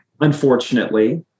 unfortunately